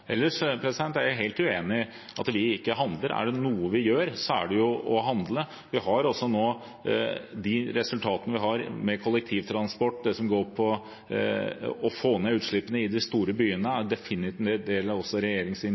Ellers er jeg helt uenig i at vi ikke handler. Er det noe vi gjør, så er det å handle. De resultatene vi har med kollektivtransport, det som går på å få ned utslippene i de store byene, er definitivt også en del av